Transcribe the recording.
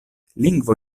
lingvo